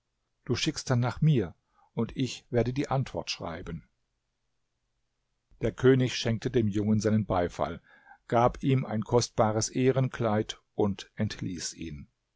du schickst dann nach mir und ich werde die antwort schreiben der könig schenkte dem jungen seinen beifall gab ihm ein kostbares ehrenkleid und entließ ihn